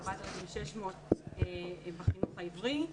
4,600 בחינוך העברי,